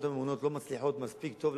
הממונות לא מצליחות לעבוד מספיק טוב,